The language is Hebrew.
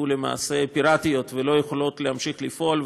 למעשה פיראטיות ולא יכולות להמשיך לפעול.